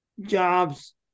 jobs